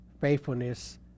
faithfulness